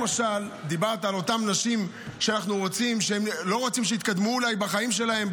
דיברת על אותן נשים שאנחנו לא רוצים שהן יתקדמו בחיים שלהן,